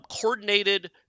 coordinated